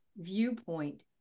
viewpoint